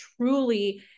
truly